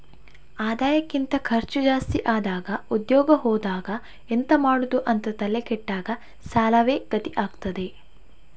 ಆದಾಯಕ್ಕಿಂತ ಖರ್ಚು ಜಾಸ್ತಿ ಆದಾಗ ಉದ್ಯೋಗ ಹೋದಾಗ ಎಂತ ಮಾಡುದು ಅಂತ ತಲೆ ಕೆಟ್ಟಾಗ ಸಾಲವೇ ಗತಿ ಆಗ್ತದೆ